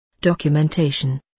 Documentation